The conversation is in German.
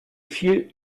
viel